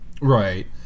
Right